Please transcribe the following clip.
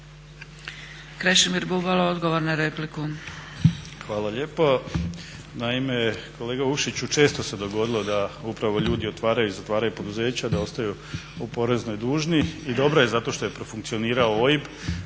repliku. **Bubalo, Krešimir (HDSSB)** Hvala lijepo. Naime, kolega Vukšiću često se dogodilo da upravo ljudi otvaraju i zatvaraju poduzeća, da ostaju u poreznoj dužni i dobro je zato što je profunkcionirao OIB.